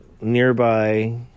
nearby